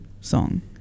song